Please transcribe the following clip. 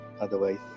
otherwise